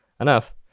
enough